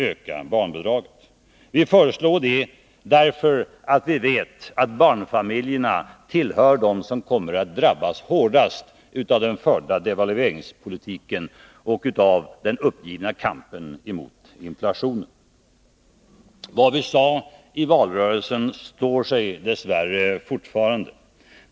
Vi föreslår en barnbidragshöjning därför att vi vet att barnfamiljerna tillhör dem som kommer att drabbas hårdast av den förda devalveringspolitiken och av den uppgivna kampen mot inflationen. Det vi sade i valrörelsen står sig dess värre fortfarande.